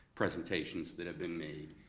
presentations that have been made,